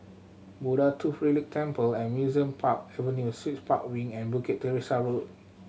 Buddha Tooth Relic Temple and Museum Park Avenue Suites Park Wing and Bukit Teresa Road